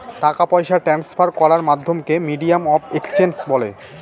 টাকা পয়সা ট্রান্সফার করার মাধ্যমকে মিডিয়াম অফ এক্সচেঞ্জ বলে